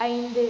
ஐந்து